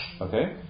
okay